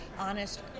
honest